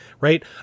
right